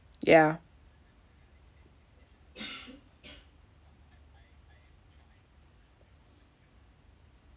ya